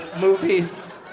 movies